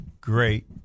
great